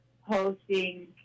hosting